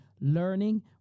learning